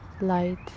light